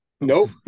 Nope